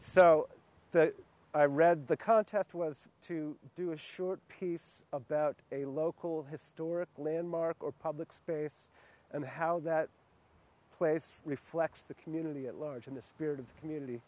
so i read the contest was to do a short piece about a local historic landmark or public space and how that place reflects the community at large in the spirit of community